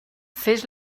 fes